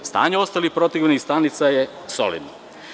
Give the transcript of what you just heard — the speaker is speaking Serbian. Stanje ostalih protivgradnih stanica je solidno.